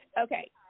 Okay